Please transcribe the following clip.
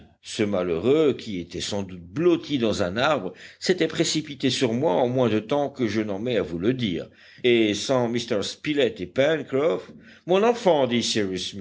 ce malheureux qui était sans doute blotti dans un arbre s'était précipité sur moi en moins de temps que je n'en mets à vous le dire et sans m spilett et pencroff mon enfant dit